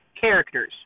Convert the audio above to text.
characters